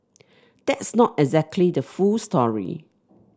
that's not exactly the full story